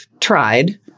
tried